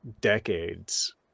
decades